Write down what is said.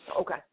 Okay